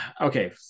okay